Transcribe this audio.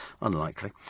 Unlikely